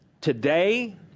Today